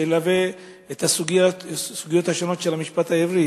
שילווה את הסוגיות השונות של המשפט העברי?